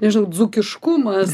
nežinau dzūkiškumas